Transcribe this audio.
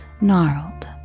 gnarled